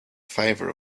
favor